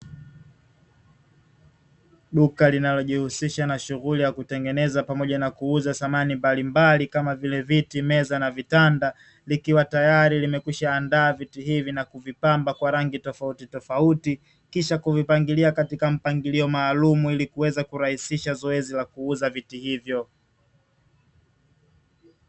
Duka linalijihususha na shughuli za kutengeneza na kuuza samani mbalimbali kama vile: miti, meza na vitanda; likiwa tayari limekwisha andaa viti hivi na kuvipamba kwa rangi tofautitofauti, kisha kuvipangilia katika mpangilio maalumu ili kuweza kurahisisha zoezi la kuuza viti hivyo.